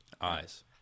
eyes